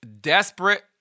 desperate